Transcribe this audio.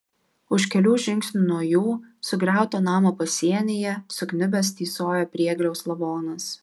už kelių žingsnių nuo jų sugriauto namo pasienyje sukniubęs tysojo priegliaus lavonas